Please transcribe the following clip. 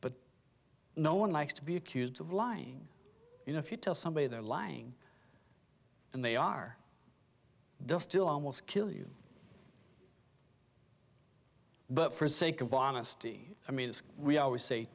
but no one likes to be accused of lying and if you tell somebody they're lying and they are they'll still almost kill you but for sake of honesty i mean as we always say